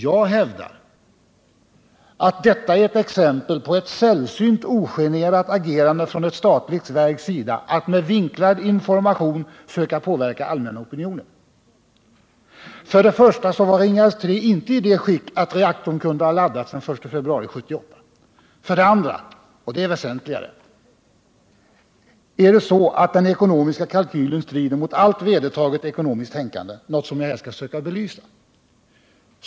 Jag hävdar att detta är ett exempel på ett sällsynt ogenerat agerande från ett statligt verks sida för att med en vinklad information söka påverka allmänna opinionen. För det första var Ringhals 3 inte alls i det skicket att reaktorn kunde ha laddats den I februari 1978. För det andra — och det är väsentligare — strider den ekonomiska kalkylen mot allt vedertaget ekonomiskt tänkande, något som jag här skall söka belysa.